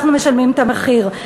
אנחנו משלמים את המחיר.